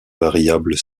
variable